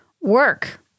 work